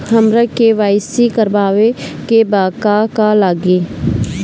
हमरा के.वाइ.सी करबाबे के बा का का लागि?